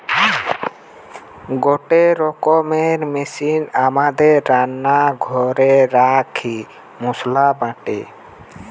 গটে রকমের মেশিন আমাদের রান্না ঘরে রাখি মসলা বাটে